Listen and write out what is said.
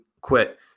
quit